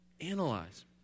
analyze